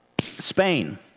Spain